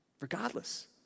regardless